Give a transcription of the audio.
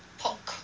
pork